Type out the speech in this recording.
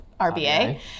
RBA